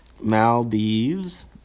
maldives